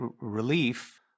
relief